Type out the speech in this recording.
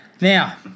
Now